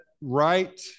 right